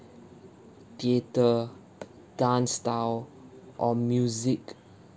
theatre dance style or music